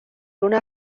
una